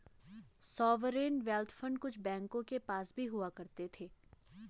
sovereign wealth fund कुछ बैंकों के पास भी हुआ करते हैं